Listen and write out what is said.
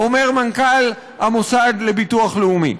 אומר מנכ"ל המוסד לביטוח לאומי.